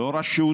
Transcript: לא רשות